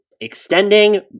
extending